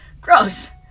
Gross